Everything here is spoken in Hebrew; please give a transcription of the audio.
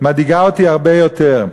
מדאיגה אותי הרבה יותר.